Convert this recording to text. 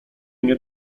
nie